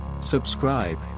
Subscribe